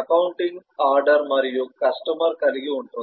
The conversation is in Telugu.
అకౌంటింగ్ ఆర్డర్ మరియు కస్టమర్ కలిగి ఉంటుంది